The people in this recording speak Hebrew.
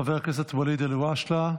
חבר הכנסת ואליד אלהואשלה,